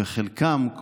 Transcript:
וחלקם,